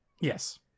Yes